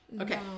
Okay